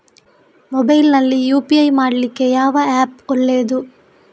Mobile ನಲ್ಲಿ UPI ಮಾಡ್ಲಿಕ್ಕೆ ಯಾವ ಆ್ಯಪ್ ಒಳ್ಳೇದು?